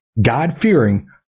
God-fearing